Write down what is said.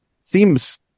seems